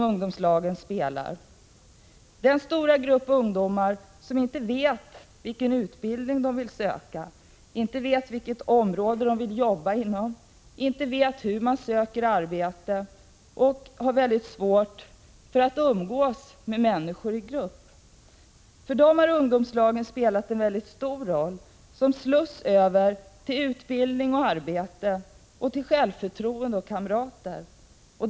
För den stora grupp ungdomar som inte vet vilken utbildning de vill söka, som inte vet inom vilket område de vill jobba, som inte vet hur man söker arbete och som har svårt för att umgås med människor i grupp har ungdomslagen spelat en väldigt stor roll som en sluss till utbildning och arbete och till självförtroende och kontakt med kamrater.